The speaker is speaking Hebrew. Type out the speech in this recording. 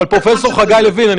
אבל פרופ' חגי לוין,